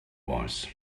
was